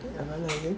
am I lagging ya